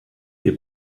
wir